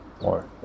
more